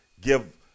give